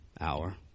hour